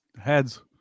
Heads